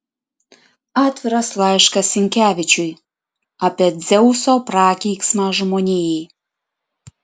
atviras laiškas sinkevičiui apie dzeuso prakeiksmą žmonijai